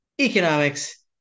Economics